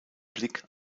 blick